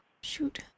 Shoot